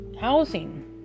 housing